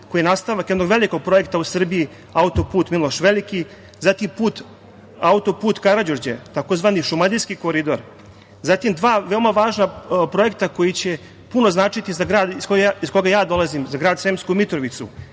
koji je nastavak jednog velikog projekta u Srbiji autoput Miloš Veliki, zatim autoput Karađorđe tzv. Šumadijski koridor. Zatim, dva veoma važna projekta koji će značiti za grad iz koga ja dolazim, za grad Sremsku Mitrovicu.